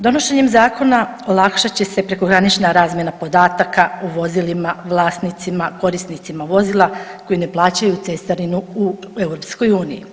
Donošenje Zakona olakšat će se prekogranična razmjena podataka u vozilima vlasnicima korisnicima vozila koji ne plaćaju cestarinu u EU.